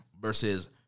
versus